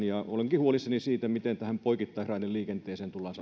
ja olenkin huolissani siitä miten tähän poikittaisraideliikenteeseen tullaan